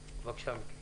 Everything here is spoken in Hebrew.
בבקשה, מיקי.